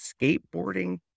skateboarding